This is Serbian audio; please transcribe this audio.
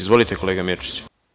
Izvolite, kolega Mirčić.